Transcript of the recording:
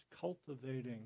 cultivating